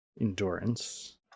endurance